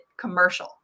commercial